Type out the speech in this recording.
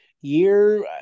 year